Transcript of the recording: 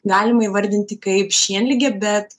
galima įvardinti kaip šienlige bet